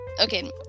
okay